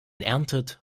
erntet